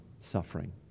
suffering